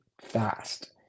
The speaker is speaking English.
fast